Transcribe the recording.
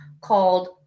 called